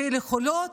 לפי יכולות,